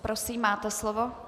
Prosím, máte slovo.